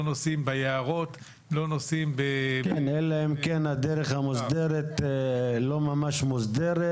לא נוסעים ביערות --- אלא אם כן הדרך המוסדרת לא ממש מוסדרת